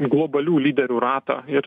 globalių lyderių ratą ir